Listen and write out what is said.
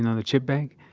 and the chip bag,